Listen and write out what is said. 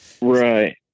Right